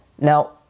Now